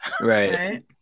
Right